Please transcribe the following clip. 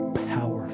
power